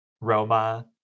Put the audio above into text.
Roma